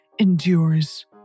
endures